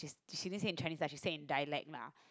you didn't say it Chinese lah she said in dialect lah